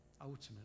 ultimately